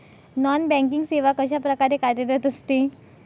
Non banking सेवा कशाप्रकारे कार्यरत असते?